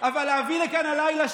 אז הוא אומר: אבל למה הוא עשה?